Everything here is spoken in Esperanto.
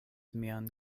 mian